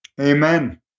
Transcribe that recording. Amen